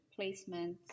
placements